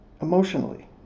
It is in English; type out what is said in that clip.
Emotionally